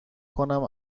کنم